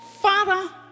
father